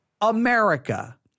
America